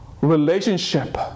relationship